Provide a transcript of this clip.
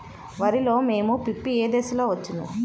వరిలో మోము పిప్పి ఏ దశలో వచ్చును?